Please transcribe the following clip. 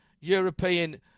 European